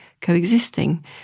coexisting